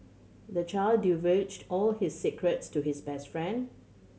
the child divulged all his secrets to his best friend